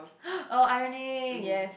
oh ironing yes